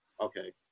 okay